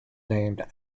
named